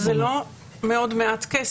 קודם כול, 500 שקל זה לא מאוד מעט כסף.